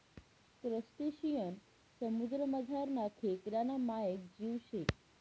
crustacean समुद्रमझारना खेकडाना मायेक जीव शे